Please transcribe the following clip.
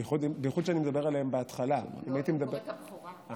אדוני היושב-ראש, כנסת נכבדה, נאום בכורה בכנסת